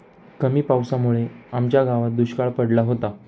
कमी पावसामुळे आमच्या गावात दुष्काळ पडला होता